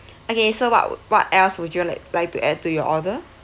okay so what what else would you like like to add to your order